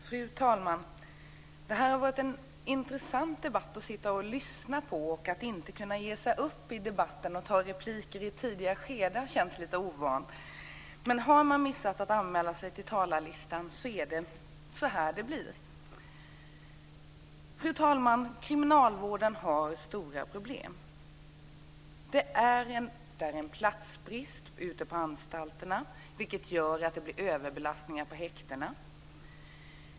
Fru talman! Det har varit en intressant debatt att sitta och lyssna till. Det har känts lite ovant att jag inte har kunnat gå upp i debatten och ta repliker i ett tidigare skede. Men har man missat att anmäla sig till talarlistan blir det så här. Fru talman! Kriminalvården har stora problem. Det är en platsbrist ute på anstalterna, vilket gör att det bli överbelastning på häktena.